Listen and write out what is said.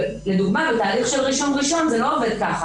לדוגמה בתהליך של רישום ראשון זה לא עובד כך.